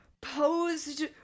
posed